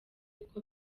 kuko